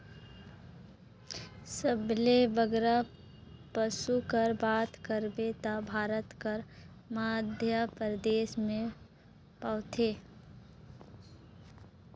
सबले बगरा पसु कर बात करबे ता भारत कर मध्यपरदेस में पवाथें